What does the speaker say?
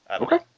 Okay